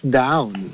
down